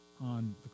on